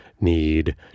need